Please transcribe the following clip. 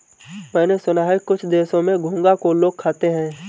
मैंने सुना है कुछ देशों में घोंघा को लोग खाते हैं